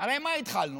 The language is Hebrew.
הרי עם מה התחלנו?